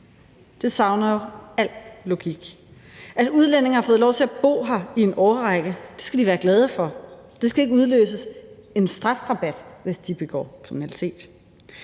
Det savner jo al logik. At udlændinge har fået lov til at bo her i en årrække, skal de være glade for. Det skal ikke udløse en strafrabat, hvis de begår kriminalitet.